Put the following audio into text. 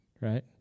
right